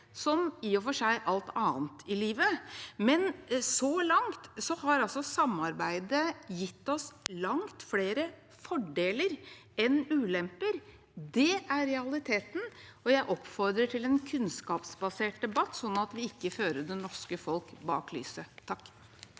som i og for seg alt annet i livet, men så langt har samarbeidet gitt oss langt flere fordeler enn ulemper. Det er realiteten. Jeg oppfordrer til en kunnskapsbasert debatt, sånn at vi ikke fører det norske folk bak lyset.